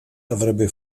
avrebbe